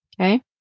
Okay